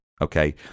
okay